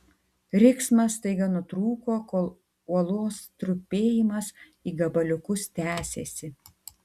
riksmas staiga nutrūko kol uolos trupėjimas į gabaliukus tęsėsi